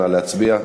נא להצביע.